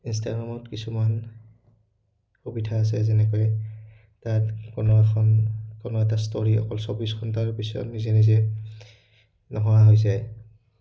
ইনষ্টাগ্ৰামত কিছুমান সুবিধা আছে যেনেকৈ তাত কোনো এখন কোনো এটা ষ্টৰী অকল চৌবিছ ঘণ্টাৰ পিছত নিজে নিজে নোহোৱা হৈ যায়